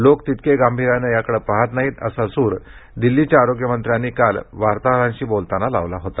लोक तितके गांभीर्याने याकडे पाहत नाहीत असा सूर दिल्लीच्या आरोग्यमंत्र्यांनी काल वार्ताहरांशी बोलताना लावला होता